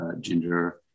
ginger